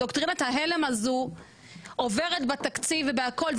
דוקטרינת ההלם הזו עוברת בתקציב ובהכול,